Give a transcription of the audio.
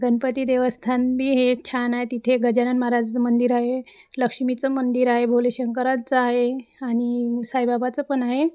गणपती देवस्थान बी हे छान आहे तिथे गजानन महाराजाचं मंदिर आहे लक्ष्मीचं मंदिर आहे भोले शंकरांचं आहे आणि साईबाबाचं पण आहे